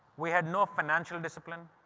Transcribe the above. we had no financial discipline,